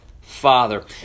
father